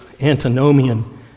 antinomian